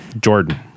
Jordan